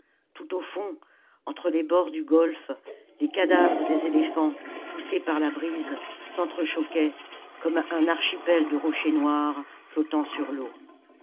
tout au fond entre les bords du golfe les cadavres des éléphants poussés par la brise s'entre-choquaient comme un archipel de rochers noirs flottant sur l'eau